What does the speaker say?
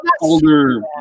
older